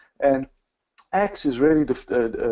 and axe is really just